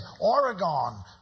Oregon